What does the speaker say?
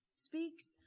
speaks